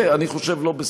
זה, אני חושב, לא בסדר.